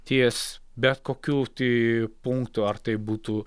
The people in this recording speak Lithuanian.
ties bet kokiu tai punktu ar tai būtų